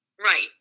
Right